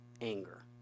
anger